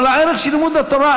אבל הערך של לימוד התורה,